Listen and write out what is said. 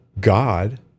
God